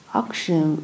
auction